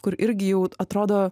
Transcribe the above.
kur irgi jau atrodo